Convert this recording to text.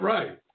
Right